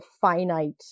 finite